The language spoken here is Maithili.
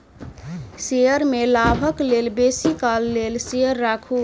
शेयर में लाभक लेल बेसी काल लेल शेयर राखू